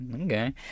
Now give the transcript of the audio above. Okay